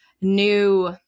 new